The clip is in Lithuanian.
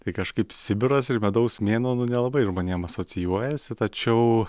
tai kažkaip sibiras ir medaus mėnuo nu nelabai žmonėm asocijuojasi tačiau